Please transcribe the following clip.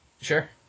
Sure